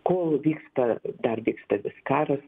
kol vyksta dar vyksta vis karas